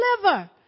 deliver